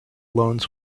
loans